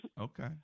Okay